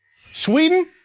Sweden